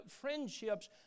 friendships